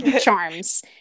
Charms